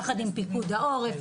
יחד עם פיקוד העורף,